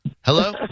Hello